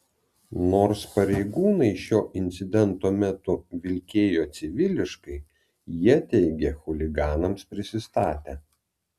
nors pareigūnai šio incidento metu vilkėjo civiliškai jie teigia chuliganams prisistatę